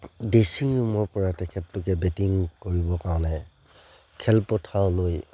ড্ৰেচিংৰুমৰপৰা তেখেতলোকে বেটিং কৰিবৰ কাৰণে খেলপথাৰলৈ